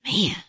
Man